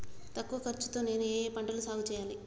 తక్కువ ఖర్చు తో నేను ఏ ఏ పంటలు సాగుచేయాలి?